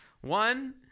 one